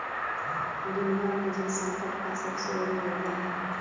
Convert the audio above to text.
दुनिया में जल संकट का सबसे बड़ी दुविधा है